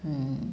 mm